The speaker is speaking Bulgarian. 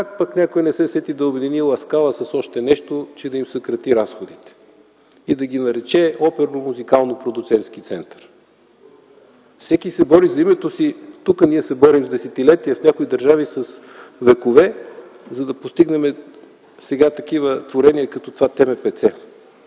Как пък някой не се сети да обедини Ла Скала с още нещо, че да им съкрати разходите и да ги нарече оперно-музикално продуцентски център? Всеки се бори за името си. Тук ние се борим с десетилетия. В някои държави с векове, за да постигнем сега такива творения като това ТМПЦ.